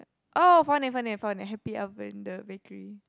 oh found it found it I found the Happy Oven the bakery